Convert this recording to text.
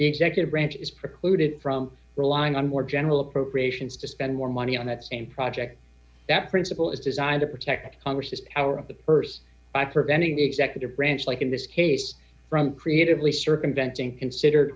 projects executive branches precluded from relying on more general appropriations to spend more money on that same project that principle is designed to protect congress's power of the purse for anything executive branch like in this case from creatively circumventing considered